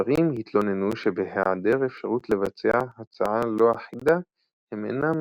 הזרים התלוננו שבהיעדר אפשרות לבצע הצעה לא אחידה הם אינם